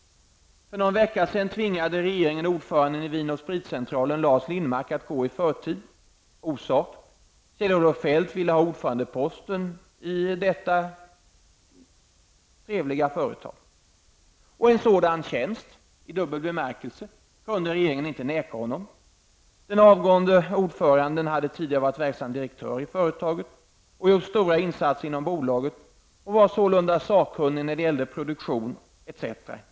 För någon vecka sedan tvingade regeringen ordföranden i Orsak: Kjell-Olof Feldt ville ha ordförandeposten i detta trevliga företag. Och en sådan tjänst, i dubbel bemärkelse, kunde regeringen inte neka honom. Den föregående ordföranden hade tidigare varit verkställande direktör i företaget och gjort stora insatser inom detta, och han var sålunda sakkunnig när det gällde produktion etc.